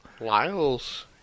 Lyles